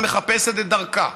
מחפשת את דרכה,